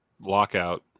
Lockout